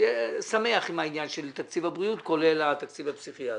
יהיה שמח עם העניין של תקציב הבריאות כולל התקציב הפסיכיאטרי.